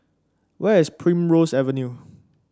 where is Primrose Avenue